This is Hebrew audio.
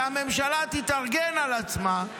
שהממשלה תתארגן על עצמה,